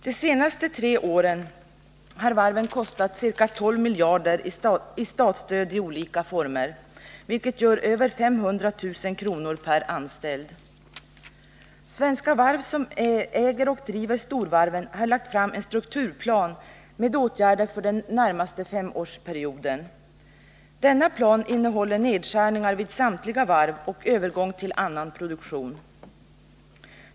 De senaste tre åren har varven kostat ca 12 miljarder i statsstöd i olika former, vilket gör över 500 000 kr. per anställd. Svenska Varv, som äger och driver storvarven, har lagt fram en strukturplan med åtgärder för den närmaste femårsperioden. Denna plan innehåller nedskärningar vid samtliga varv och övergång till annan produktion.